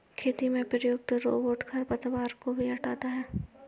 खेती में प्रयुक्त रोबोट खरपतवार को भी हँटाता है